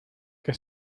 que